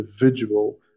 individual